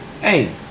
Hey